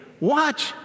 watch